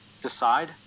decide